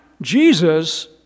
Jesus